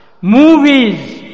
Movies